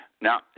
Now